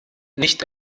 nicht